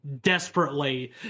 desperately